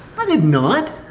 i did not.